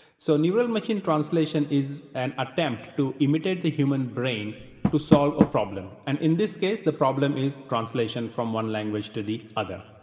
so neural machine translation is an attempt to imitate the human brain to solve a problem, and in this case the problem is translation from one language to the other.